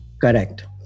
correct